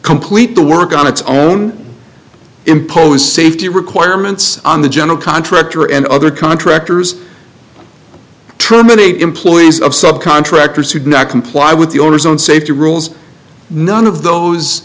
complete the work on its own impose safety requirements on the general contractor and other contractors terminate employees of subcontractors who did not comply with the owner's own safety rules none of those